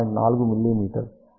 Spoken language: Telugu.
4 మిమీ